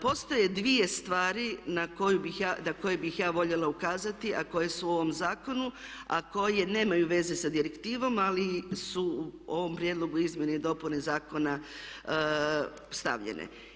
Postoje dvije stvari na koje bih ja voljela ukazati a koje su u ovom zakonu a koje nemaju veze sa direktivom ali su u ovom Prijedlogu izmjene i dopune Zakona stavljene.